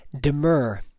Demur